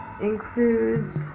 includes